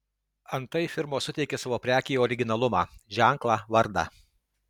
antai firmos suteikia savo prekei originalumą ženklą vardą